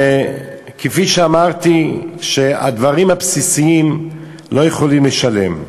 וכפי שאמרתי, את הדברים הבסיסיים לא יכולים לשלם.